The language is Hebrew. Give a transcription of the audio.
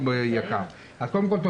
קודם כל,